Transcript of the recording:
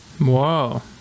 Wow